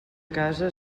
casa